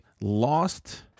lost